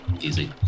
Easy